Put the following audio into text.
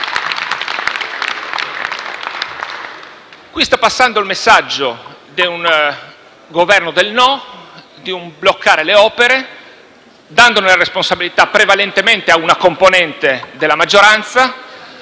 Sta passando il messaggio di un Governo del no e di un bloccare le opere, dando la responsabilità prevalentemente a una componente della maggioranza,